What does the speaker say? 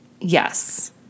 Yes